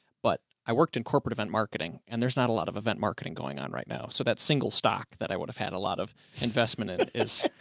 but i worked in corporate event marketing and there's not a lot of event marketing going on right now. so that single stock that i would have had a lot of investment in